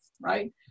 right